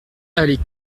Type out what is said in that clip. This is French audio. allée